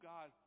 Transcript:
God